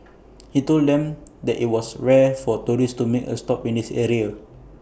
he told them that IT was rare for tourists to make A stop at this area